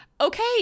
Okay